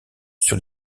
sur